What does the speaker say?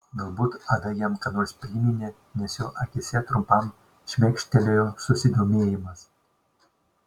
galbūt ada jam ką nors priminė nes jo akyse trumpam šmėkštelėjo susidomėjimas